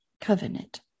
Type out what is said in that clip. covenant